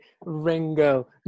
Ringo